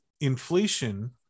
Inflation